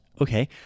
Okay